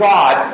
God